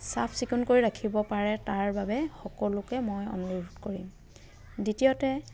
চাফ চিকুণকৈ ৰাখিব পাৰে তাৰ বাবে সকলোকে মই অনুৰোধ কৰিম দ্বিতীয়তে